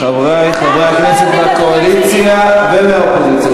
חברי חברי הכנסת מהקואליציה ומהאופוזיציה,